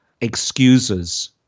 excuses